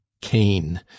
cain